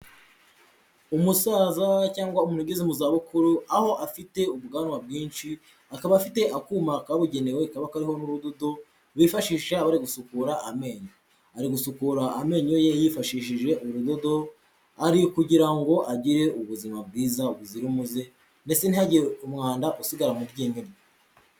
Umusaza cyangwa umuntu ugeze mu zabukuru aho afite ubwanwa bwinshi, akaba afite akuma kabugenewe kaba kariho n'urudodo bifashisha bari gusukura amenyo, ari gusukura amenyo ye yifashishije urudodo, ari kugira ngo agire ubuzima bwiza buzira umuze mbese ntihagire umwanda usigara mu ryinyo rye.